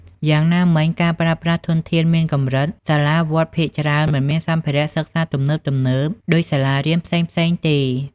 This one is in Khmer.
យ៉ាងណាមិញ ការប្រើប្រាស់ធនធានមានកម្រិត សាលាវត្តភាគច្រើនមិនមានសម្ភារៈសិក្សាទំនើបៗដូចសាលារៀនផ្សេងៗទេ។